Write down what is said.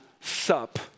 sup